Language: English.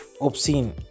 Obscene